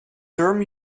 term